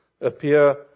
appear